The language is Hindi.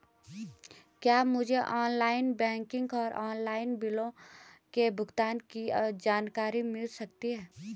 क्या मुझे ऑनलाइन बैंकिंग और ऑनलाइन बिलों के भुगतान की जानकारी मिल सकता है?